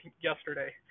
yesterday